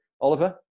Oliver